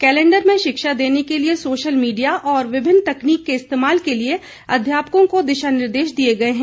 calendar में शिक्षा देने के लिए सोशल मीडिया और विभिन्न तकनीक के इस्तेमाल के लिए अध्यापकों को दिशा निर्देश दिए गए हैं